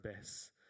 best